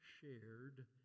shared